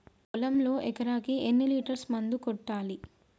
పొలంలో ఎకరాకి ఎన్ని లీటర్స్ మందు కొట్టాలి?